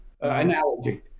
analogy